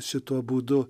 šituo būdu